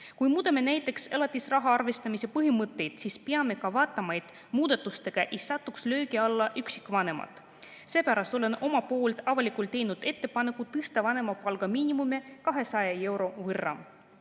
Kui muudame näiteks elatisraha arvestamise põhimõtteid, siis peame ka vaatama, et muudatustega ei satuks löögi alla üksikvanemad. Seepärast olen omalt poolt avalikult teinud ettepaneku tõsta vanemapalga miinimumi 200 euro võrra.